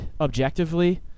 objectively